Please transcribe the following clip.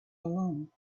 along